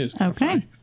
Okay